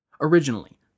Originally